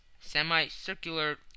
semicircular